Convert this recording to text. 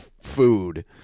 food